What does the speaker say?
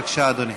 בבקשה, אדוני.